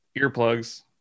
earplugs